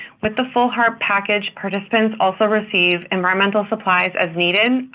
with the full harp package, participants also receive environmental supplies as needed,